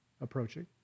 approaching